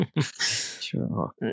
Sure